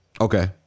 Okay